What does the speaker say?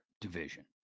division